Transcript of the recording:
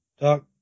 talk